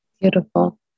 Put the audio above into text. Beautiful